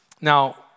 Now